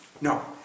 No